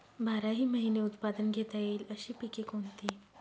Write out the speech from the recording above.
बाराही महिने उत्पादन घेता येईल अशी पिके कोणती?